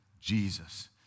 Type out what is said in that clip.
Jesus